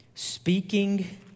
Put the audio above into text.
Speaking